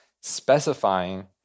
specifying